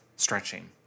stretching